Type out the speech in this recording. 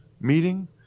meeting